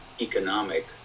economic